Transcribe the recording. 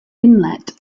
inlet